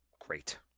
Great